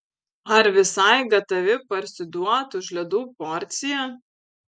ar visai gatavi parsiduot už ledų porciją